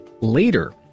later